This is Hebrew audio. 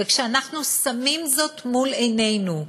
וכשאנחנו שמים זאת מול עינינו,